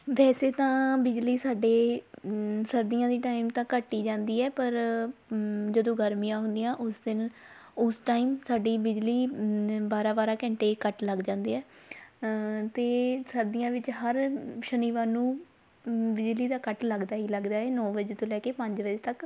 ਵੈਸੇ ਤਾਂ ਬਿਜਲੀ ਸਾਡੇ ਸਰਦੀਆਂ ਦੀ ਟਾਈਮ ਤਾਂ ਘੱਟ ਹੀ ਜਾਂਦੀ ਹੈ ਪਰ ਜਦੋਂ ਗਰਮੀਆਂ ਹੁੰਦੀਆਂ ਉਸ ਦਿਨ ਉਸ ਟਾਈਮ ਸਾਡੀ ਬਿਜਲੀ ਬਾਰ੍ਹਾਂ ਬਾਰ੍ਹਾਂ ਘੰਟੇ ਕੱਟ ਲੱਗ ਜਾਂਦੇ ਆ ਅਤੇ ਸਰਦੀਆਂ ਵੀ ਹਰ ਸ਼ਨੀਵਾਰ ਨੂੰ ਬਿਜਲੀ ਦਾ ਕੱਟ ਲੱਗਦਾ ਹੀ ਲੱਗਦਾ ਨੌਂ ਵਜੇ ਤੋਂ ਲੈ ਕੇ ਪੰਜ ਵਜੇ ਤੱਕ